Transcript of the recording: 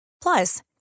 Plus